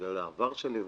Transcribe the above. בגלל העבר שלי והכול.